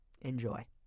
enjoy